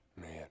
Man